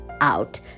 out